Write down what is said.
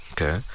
Okay